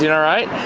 you know alright?